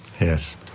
yes